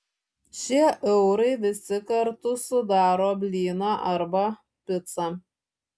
šie eurai visi kartu sudaro blyną arba picą